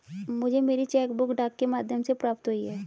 मुझे मेरी cheque book डाक के माध्यम से प्राप्त हुई है